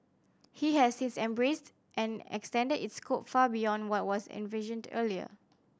he has since embraced and extended its scope far beyond what was envisioned earlier